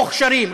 מוכשרים,